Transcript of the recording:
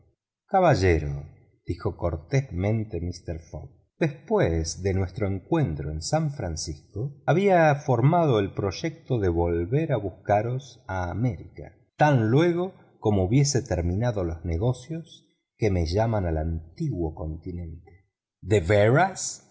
caballero dijo cortésmente mister fogg después de nuestro encuentro en san francisco había formado el proyecto de volver a buscaros a américa tan fuego como hubiese terminado los negocios que me llaman al antiguo continente de veras